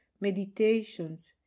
meditations